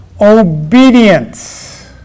obedience